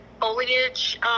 foliage